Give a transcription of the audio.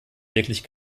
wirklich